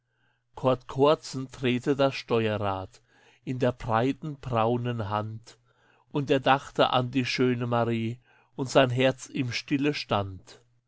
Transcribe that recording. kord kordsen drehte das steuerrad in der breiten braunen hand und er dachte an die schöne marie und sein herz ihm stille stand